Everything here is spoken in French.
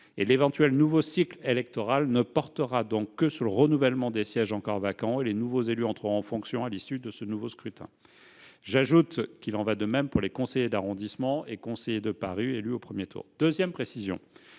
L'éventuel nouveau cycle électoral ne portera donc que sur le renouvellement des sièges encore vacants, et les nouveaux élus entreront en fonction à l'issue du nouveau scrutin. J'ajoute qu'il en va de même pour les conseillers d'arrondissement et conseillers de Paris élus au premier tour. Deuxième précision,